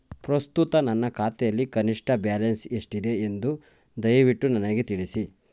ಪ್ರಸ್ತುತ ನನ್ನ ಖಾತೆಯಲ್ಲಿ ಕನಿಷ್ಠ ಬ್ಯಾಲೆನ್ಸ್ ಎಷ್ಟಿದೆ ಎಂದು ದಯವಿಟ್ಟು ನನಗೆ ತಿಳಿಸಿ